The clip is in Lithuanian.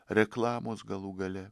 reklamos galų gale